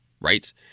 right